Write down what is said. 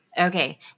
Okay